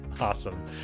Awesome